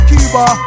Cuba